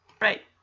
Right